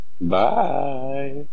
Bye